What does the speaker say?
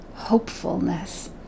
hopefulness